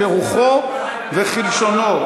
כרוחו וכלשונו.